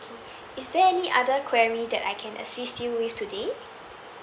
is there any other query that I can assist you with today